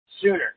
sooner